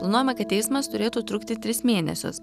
planuojama kad teismas turėtų trukti tris mėnesius